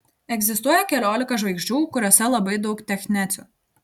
egzistuoja keliolika žvaigždžių kuriose labai daug technecio